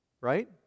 Right